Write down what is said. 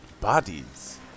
bodies